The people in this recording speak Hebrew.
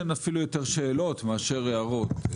שהן אפילו יותר שאלות מאשר הערות.